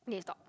okay stop